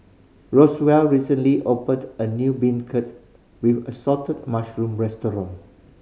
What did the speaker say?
Roswell recently opened a new beancurd with assorted mushroom restaurant